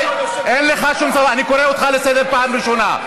אין לך שום, אני קורא אותך לסדר פעם ראשונה.